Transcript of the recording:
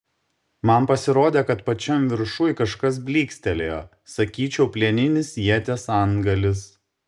man pasirodė kad pačiam viršuj kažkas blykstelėjo sakyčiau plieninis ieties antgalis